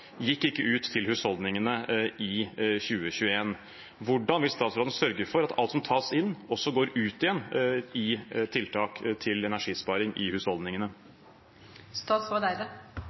gikk ikke ut til husholdningene i 2021. Hvordan vil statsråden sørge for at alt som tas inn, også går ut igjen til tiltak for energisparing i